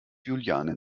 juliane